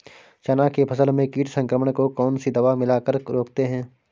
चना के फसल में कीट संक्रमण को कौन सी दवा मिला कर रोकते हैं?